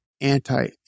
anti